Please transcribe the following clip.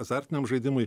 azartiniam žaidimui